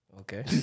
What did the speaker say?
Okay